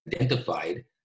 identified